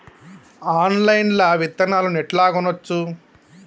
Online లా విత్తనాలను ఎట్లా కొనచ్చు?